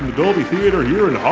dolby theatre here in